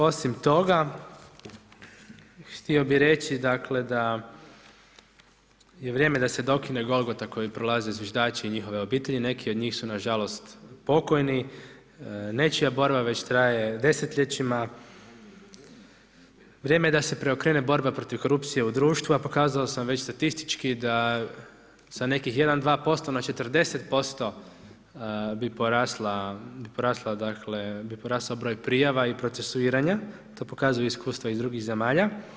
Osim toga htio bi reći dakle da je vrijeme da se dokine golgota koju prolaze zviždači i njihove obitelji, neki od njih su nažalost pokojni, nečija borba već traje desetljećima, vrijeme je da se preokrene borba protiv korupcije u društvu a pokazao sam već statistički da sa nekih 1, 2% na 40% bi porastao broj prijava i procesuiranja, to pokazuju iskustva iz drugih zemalja.